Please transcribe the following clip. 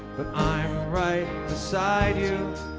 i'm right beside you,